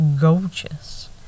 gorgeous